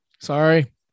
Sorry